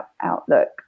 outlook